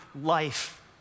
life